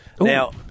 Now